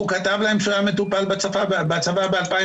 הוא כתב להם שהוא היה מטופל בצבא ב-2007,